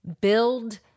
build